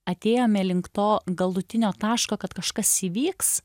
atėjome link to galutinio taško kad kažkas įvyks